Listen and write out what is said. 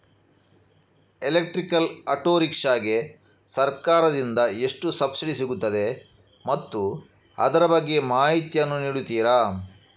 Electrical auto rickshaw ಗೆ ಸರ್ಕಾರ ದಿಂದ ಎಷ್ಟು ಸಬ್ಸಿಡಿ ಸಿಗುತ್ತದೆ ಮತ್ತು ಅದರ ಬಗ್ಗೆ ಮಾಹಿತಿ ಯನ್ನು ನೀಡುತೀರಾ?